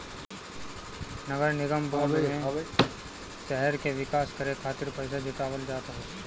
नगरनिगम बांड में शहर के विकास करे खातिर पईसा जुटावल जात हवे